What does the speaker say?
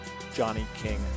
johnnyking